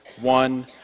One